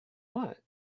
want